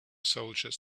soldiers